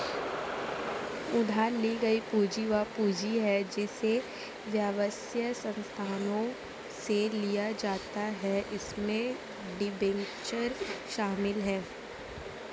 उधार ली गई पूंजी वह पूंजी है जिसे व्यवसाय संस्थानों से लिया जाता है इसमें डिबेंचर शामिल हैं